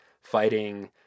fighting